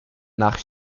nach